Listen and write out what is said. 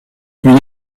une